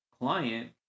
client